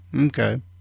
Okay